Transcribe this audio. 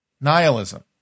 nihilism